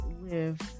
live